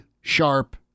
Sharp